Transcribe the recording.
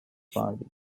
party